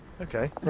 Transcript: Okay